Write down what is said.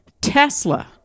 Tesla